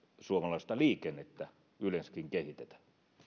suomalaista liikennettä yleensäkin kehitetään